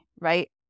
right